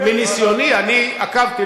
מניסיוני, אני עקבתי.